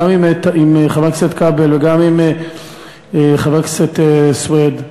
גם עם חבר הכנסת כבל וגם עם חבר הכנסת סוייד,